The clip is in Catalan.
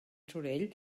sorell